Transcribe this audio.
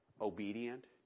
obedient